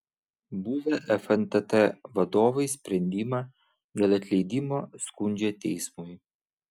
buvę fntt vadovai sprendimą dėl atleidimo skundžia teismui